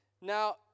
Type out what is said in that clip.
Now